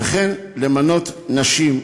וכן למנות נשים,